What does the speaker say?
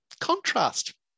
Contrast